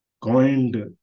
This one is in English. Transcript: coined